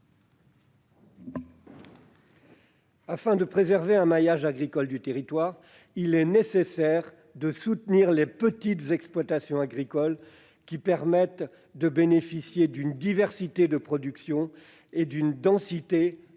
Afin de préserver un maillage agricole du territoire, il est nécessaire de soutenir les petites exploitations, qui permettent de bénéficier d'une production diverse et